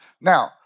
Now